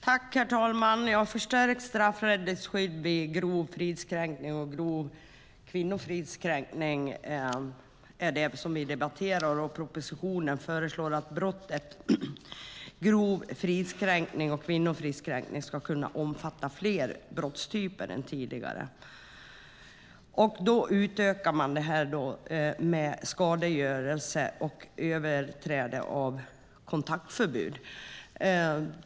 Herr talman! Vi debatterar förstärkt straffrättsligt skydd vid grov fridskränkning och grov kvinnofridskränkning. I propositionen föreslås att brottet grov fridskränkning och grov kvinnofridskränkning ska kunna omfatta fler brottstyper än tidigare. Man utökar det med skadegörelse och överträdelse av kontaktförbud.